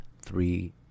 three